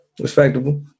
Respectable